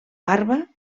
barba